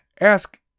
Ask